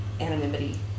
anonymity